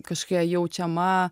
kažkokia jaučiama